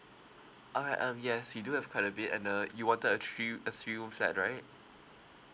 all right um yes we do have quite a bit and uh you wanted a three a three room flat right